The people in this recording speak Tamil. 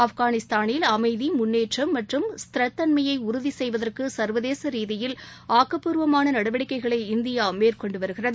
ஆப்கானிஸ்தானில் அமைதி முன்னேற்றம் மற்றும் ஸ்சிரத்தன்மையைஉறுதிசெய்வதற்குசர்வதேசரீதியில் ஆக்கப்பூர்வமானநடவடிக்கைகளை இந்தியாமேற்கொண்டுவருகிறது